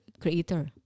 creator